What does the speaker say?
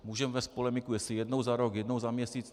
Můžeme vést polemiku, jestli jednou za rok, jednou za měsíc.